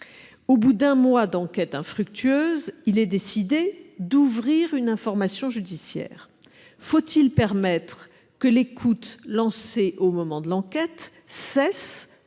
Au bout d'un mois d'enquête infructueuse, il serait décidé d'ouvrir une information judiciaire : faut-il permettre que l'écoute lancée au moment de l'enquête cesse